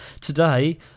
today